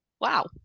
wow